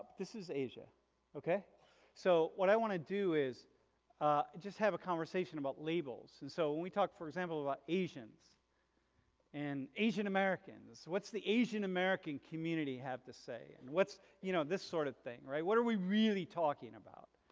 this is asia okay so what i want to do is just have a conversation about labels and so when we talk for example about asians and asian americans what's the asian american community have to say and what's you know this sort of thing right what are we really talking about?